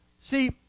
see